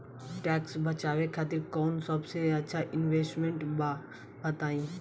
Tax बचावे खातिर कऊन सबसे अच्छा इन्वेस्टमेंट बा बताई?